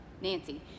Nancy